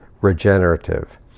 regenerative